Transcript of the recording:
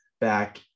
back